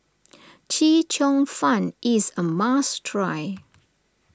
Chee Cheong Fun is a must try